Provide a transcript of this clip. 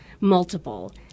multiple